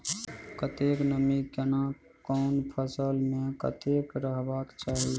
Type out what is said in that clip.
कतेक नमी केना कोन फसल मे कतेक रहबाक चाही?